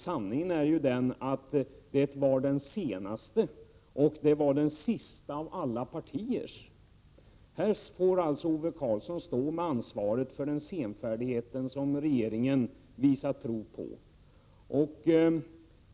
Sanningen är att socialdemokraterna kom sist av alla partier. Här får alltså Ove Karlsson stå med ansvaret för den senfärdighet som regeringen visat prov på.